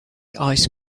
ice